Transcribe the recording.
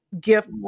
gift